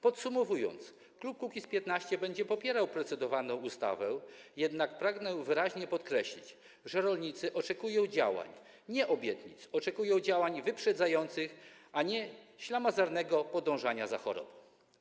Podsumowując, klub Kukiz’15 będzie popierał procedowaną ustawę, jednak pragnę wyraźnie podkreślić, że rolnicy oczekują działań, a nie obietnic, oczekują działań wyprzedzających, a nie ślamazarnego podążania za chorobą.